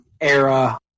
era